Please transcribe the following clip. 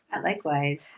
Likewise